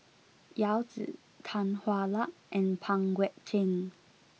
Yao Zi Tan Hwa Luck and Pang Guek Cheng